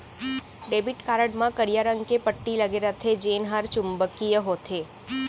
debit card म करिया रंग के पट्टी लगे रथे जेन हर चुंबकीय होथे